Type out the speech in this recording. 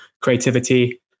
creativity